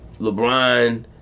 LeBron